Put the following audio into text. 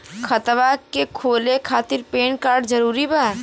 खतवा के खोले खातिर पेन कार्ड जरूरी बा?